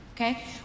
Okay